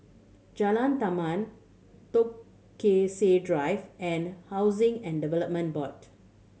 Jalan Taman Drive and Housing and Development Board